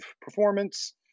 performance